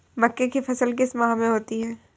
मक्के की फसल किस माह में होती है?